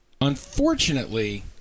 Unfortunately